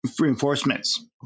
reinforcements